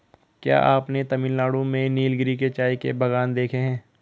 क्या आपने तमिलनाडु में नीलगिरी के चाय के बागान देखे हैं?